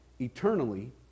eternally